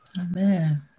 Amen